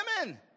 women